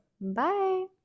Bye